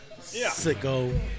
Sicko